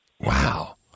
Wow